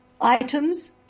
items